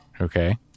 Okay